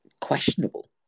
questionable